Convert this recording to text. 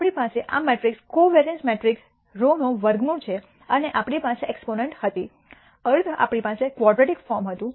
આપણી પાસે આ મેટ્રિક્સ કોવોરિઅન્સ મેટ્રિક્સ σ નો વર્ગમૂળ છે અને આપણી પાસે એક્સપોનેન્ટસ હતી અર્ધ આપણી પાસે ક્વાડ્રૈટિક ફોર્મ હતું